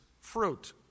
fruit